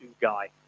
guy